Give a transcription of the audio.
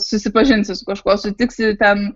susipažinsi su kažkuo sutiksi ten